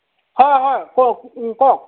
হয় হয় কওক কওক